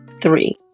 Three